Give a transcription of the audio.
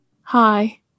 hi